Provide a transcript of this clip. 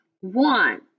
one